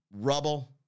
rubble